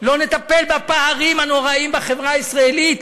לא נטפל בפערים הנוראים בחברה הישראלית,